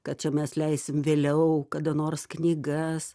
kad čia mes leisim vėliau kada nors knygas